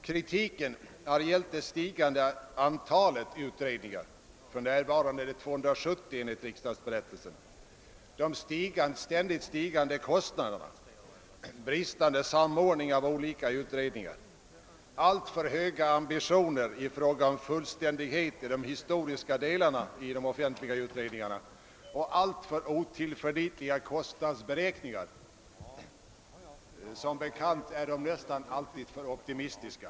Kritiken har gällt det stigande antalet utredningar — för närvarande 270 enligt riksdagsberättelsen — 270, de ständigt stigande kostnaderna, bristande samordning av olika utredningar, alltför höga ambitioner i fråga om fullständighet i de historiska delarna och alltför otillförlitliga kostnadsberäkningar; som bekant är de nästan alltid för optimistiska.